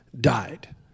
died